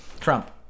Trump